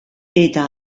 eta